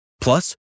Plus